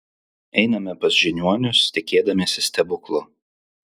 einame pas žiniuonius tikėdamiesi stebuklo